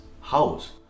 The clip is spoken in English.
house